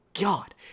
God